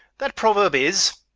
that proverb is